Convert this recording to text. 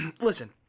Listen